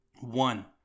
One